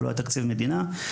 ולא היה תקציב מדינה.